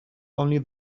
only